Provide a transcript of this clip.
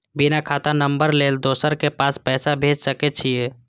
बिना खाता नंबर लेल दोसर के पास पैसा भेज सके छीए?